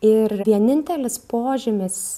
ir vienintelis požymis